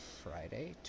Friday